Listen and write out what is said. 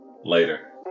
later